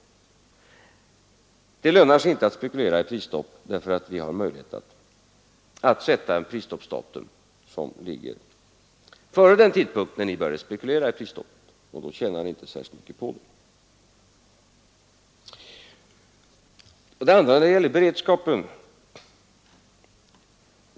Vi måste kunna säga till företrädarna för handeln och industrin: Det lönar sig inte att spekulera i prisstopp, därför att vi har möjlighet att sätta ett prisstoppsdatum som ligger före den tidpunkt då ni började spekulera i prisstopp, och under sådana förhållanden tjänar ni inte särskilt mycket på det. Så några ord om beredskapen.